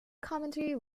comedy